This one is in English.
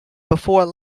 before